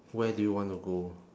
where do you wanna go